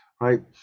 right